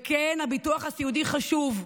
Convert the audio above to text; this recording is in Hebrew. וכן, הביטוח הסיעודי חשוב.